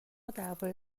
درباره